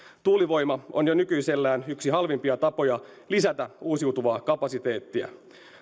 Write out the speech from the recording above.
tuulivoima on jo nykyisellään yksi halvimpia tapoja lisätä uusiutuvaa kapasiteettia